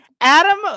Adam